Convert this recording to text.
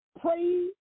pray